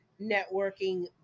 networking